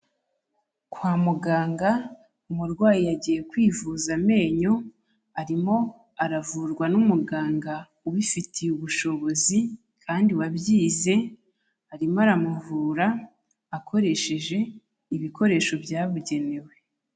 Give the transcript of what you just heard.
Kwa muganga, umurwayi yagiye kwivuza amenyo, arimo aravurwa n'umuganga ubifitiye ubushobozi kandi wabyize, arimo aramuvura akoresheje ibikoresho byabugenewe.